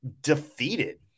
defeated